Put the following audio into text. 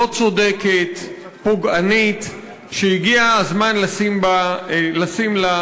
לא צודקת, פוגענית, שהגיע הזמן לשים לה קץ.